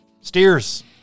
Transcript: steers